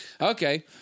Okay